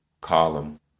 column